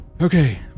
Okay